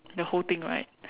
the whole thing right